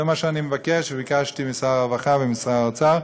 זה מה שאני מבקש וביקשתי משר הרווחה ומשר האוצר.